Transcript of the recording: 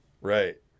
Right